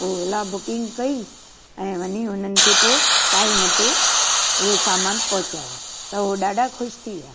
पोइ Ola booking कई ऐं वञी हुननि खे पोइ टाइम ते उहो सामान पहुचायो त हो ॾाढा ख़ुशि थी विया